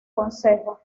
concejo